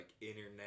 internet